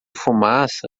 fumaça